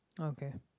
okay